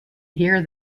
hear